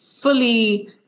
fully